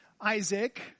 Isaac